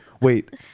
Wait